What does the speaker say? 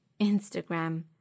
Instagram